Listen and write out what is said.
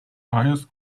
highest